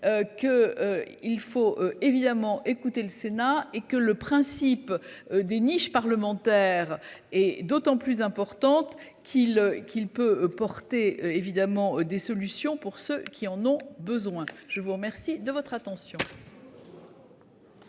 Que il faut évidemment écouter le Sénat et que le principe des niches parlementaires et d'autant plus importante qu'il qu'il peut porter évidemment des solutions pour ceux qui en ont besoin. Je vous remercie de votre attention.